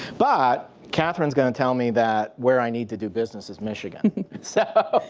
but katherine's going to tell me that where i need to do business is michigan so.